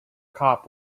cop